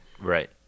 Right